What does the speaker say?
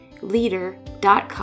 Leader.com